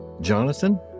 jonathan